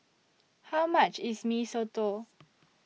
How much IS Mee Soto